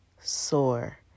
sore